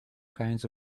kinds